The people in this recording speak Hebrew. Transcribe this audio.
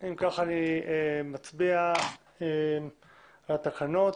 אני מצביע על התקנות.